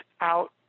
out